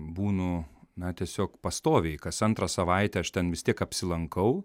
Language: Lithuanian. būnu na tiesiog pastoviai kas antrą savaitę aš ten vis tiek apsilankau